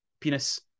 penis